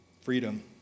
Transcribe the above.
Freedom